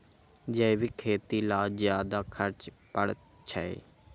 जैविक खेती ला ज्यादा खर्च पड़छई?